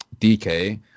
DK